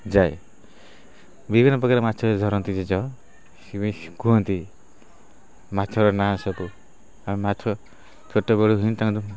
ଯାଏ ବିଭିନ୍ନ ପ୍ରକାର ମାଛ ଧରନ୍ତି ଜେଜ ସିଏ ବି କୁହନ୍ତି ମାଛ ନାଁ ସବୁ ଆଉ ମାଛ ଛୋଟବେଳୁ ହିଁ ତାଙ୍କର